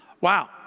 Wow